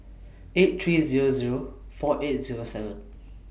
eight three Zero Zero four eight Zero seven